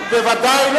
היא אמרה בעד.